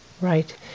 Right